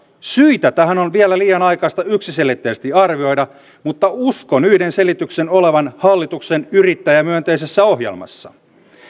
syitä tähän on vielä liian aikaista yksiselitteisesti arvioida mutta uskon yhden selityksen olevan hallituksen yrittäjämyönteisessä ohjelmassa